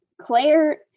Claire